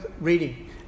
reading